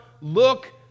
Look